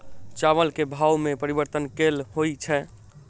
चावल केँ भाव मे परिवर्तन केल होइ छै?